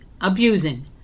abusing